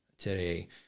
Today